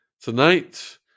tonight